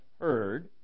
heard